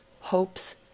hopes